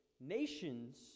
nations